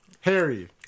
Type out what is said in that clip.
Harry